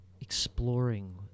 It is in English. exploring